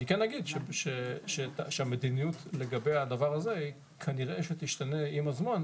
אני כן אגיד שהמדיניות לגבי הדבר הזה כנראה שתשתנה עם הזמן,